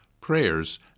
prayers